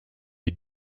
est